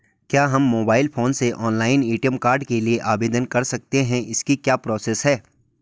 क्या हम mobile phone से भी ऑनलाइन ए.टी.एम कार्ड के लिए आवेदन कर सकते हैं इसकी क्या प्रोसेस है?